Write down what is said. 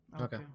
Okay